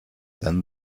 then